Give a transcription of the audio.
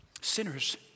sinners